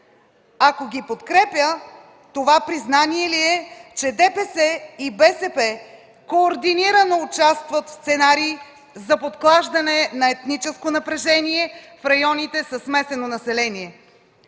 Ако ги подкрепя, това признание ли е, че ДПС и БСП координирано участват в сценарий за подклаждане на етническо напрежение в районите със смесено население?